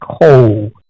cold